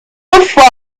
buffer